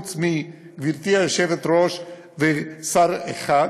חוץ מגברתי היושבת-ראש ושר אחד,